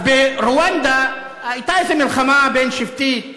אז ברואנדה הייתה איזו מלחמה בין-שבטית,